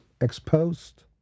exposed